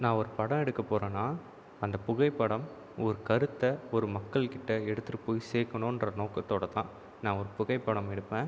நான் ஒரு படம் எடுக்க போறேன்னா அந்த புகைப்படம் ஓரு கருத்தை ஒரு மக்கள் கிட்டே எடுத்துட்டு போய் சேக்கணும்ன்ற நோக்கத்தோடு தான் நான் ஒரு புகைப்படம் எடுப்பேன்